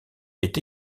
est